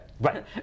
Right